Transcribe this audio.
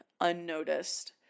unnoticed